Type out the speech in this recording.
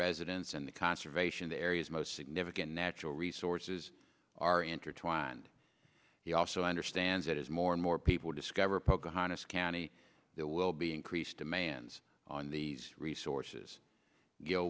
residents in the conservation area most significant natural resources are intertwined he also understands that as more and more people discover pocahontas county there will be increased demands on the resources